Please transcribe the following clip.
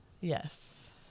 Yes